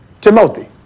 Timothy